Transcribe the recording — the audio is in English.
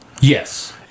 yes